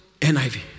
NIV